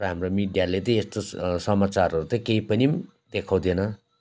र हाम्रो मिडियाले चाहिँ यस्तो समाचारहरू त केही पनि पो देखाउँदैन